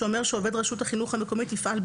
שאומר שעובד רשות החינוך המקומית יפעל,